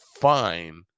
fine